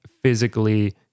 physically